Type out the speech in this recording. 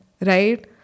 right